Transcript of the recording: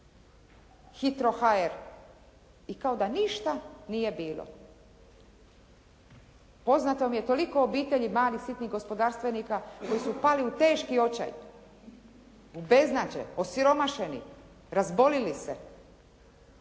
Hitro.hr i kao da ništa nije bilo. Poznato mi je toliko obitelji, malih sitnih gospodarstvenika koji su pali u teški očaj, u beznađe, osiromašeni, razbolili se,